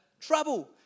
trouble